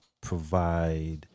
provide